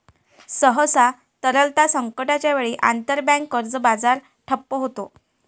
सहसा, तरलता संकटाच्या वेळी, आंतरबँक कर्ज बाजार ठप्प होतो